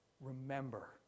remember